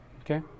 Okay